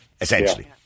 essentially